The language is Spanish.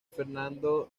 fernando